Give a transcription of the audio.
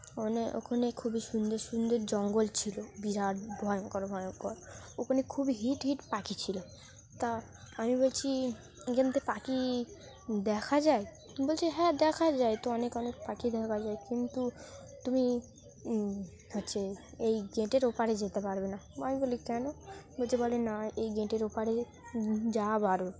ওখানে ওখানে খুবই সুন্দর সুন্দর জঙ্গল ছিল বিরাট ভয়ঙ্কর ভয়ঙ্কর ওখানে খুব হিট হিট পাখি ছিল তা আমি বলছি এখান থেকে পাখি দেখা যায় বলছি হ্যাঁ দেখা যায় তো অনেক অনেক পাখি দেখা যায় কিন্তু তুমি হচ্ছে এই গেটের ওপারে যেতে পারবে না আমি বলি কেন বলছে বলে না এই গেটের ওপারে যাওয়া বারণ